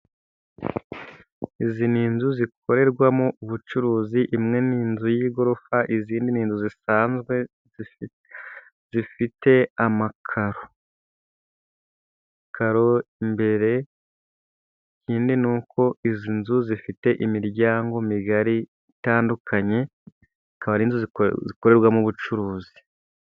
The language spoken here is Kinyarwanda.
Izi n inzu zikorerwamo ubucuruzi, imwe ni inzu y'igorofa, izindi nzu zisanzwe zifite amakaro imbere, ikindi ni uko izi nzu zifite imiryango migari itandukanye zikaba ari inzu zikorerwamo ubucuruzi.